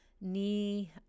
knee